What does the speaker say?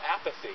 apathy